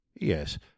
yes